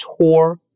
tour